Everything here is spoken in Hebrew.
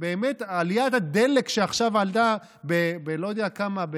עליית הדלק, שעכשיו עלה בלא יודע כמה,